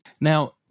Now